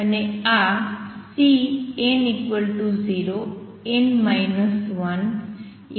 અને આ Cn0n 10 સૂચવે છે